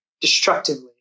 destructively